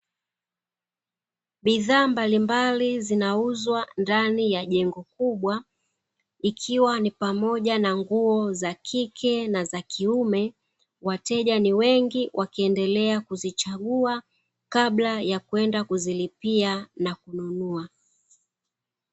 Bidhaa mbalimbali zinauzwa ndani ya jengo kubwa, ikiwa ni pamoja na nguo za kike na za kiume. Wateja ni wengi wakiendelea kuzichagua kabla ya kwenda kuzilipia na kununua.